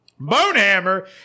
Bonehammer